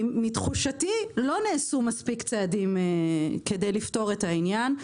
לתחושתי לא נעשו מספיק צעדים כדי לפתור את העניין.